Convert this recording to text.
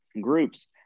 groups